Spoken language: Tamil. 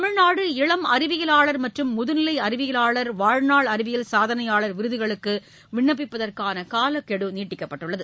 தமிழ்நாடு இளம் அறிவியலாளர் மற்றும் முதுநிலை அறிவியலாளர் வாழ்நாள் அறிவியல் சாதனையாளர் விருதுகளுக்கு விண்ணப்பிப்பதற்கான காலக்கெடு நீட்டிக்கப்பட்டுள்ளது